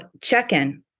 check-in